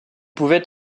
pouvaient